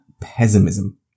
pessimism